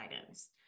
guidance